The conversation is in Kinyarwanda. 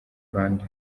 rwanda